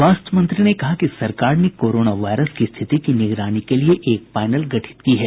स्वास्थ्य मंत्री ने कहा कि सरकार ने कोरोना वायरस की स्थिति की निगरानी के लिए एक पैनल गठित किया है